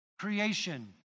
creation